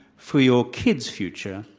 for your kids' future,